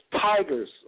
tigers